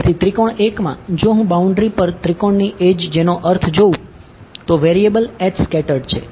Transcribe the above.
તેથી ત્રિકોણ 1 માં જો હું બાઉન્ડ્રી પર ત્રિકોણની એડ્જ જેનો અર્થ જોઉં તો વેરીએબલ છે